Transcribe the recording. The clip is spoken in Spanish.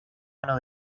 mano